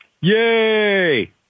Yay